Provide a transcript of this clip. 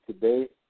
today